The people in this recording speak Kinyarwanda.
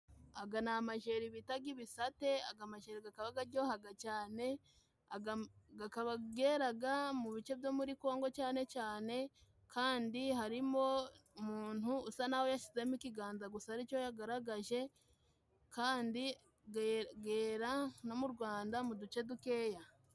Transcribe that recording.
Aga ni amajeri bitaga ibisate. Aga majeri gakaba garyohaga cyane. Gakaba geraga mu bice byo muri Kongo cyane cyane, kandi harimo umuntu usa n'aho yashyizemo ikiganza gusa aricyo yagaragaje. kandi gera no mu Rwanda mu duce dukeya.